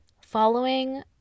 Following